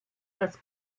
das